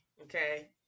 okay